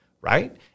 right